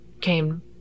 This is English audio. came